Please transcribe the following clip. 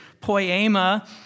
poema